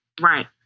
Right